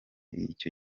icyo